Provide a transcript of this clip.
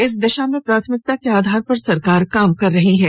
इस दिशा में प्राथमिकता के आधार पर सरकार काम कर रही है